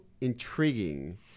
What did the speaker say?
intriguing